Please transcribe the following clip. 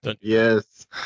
Yes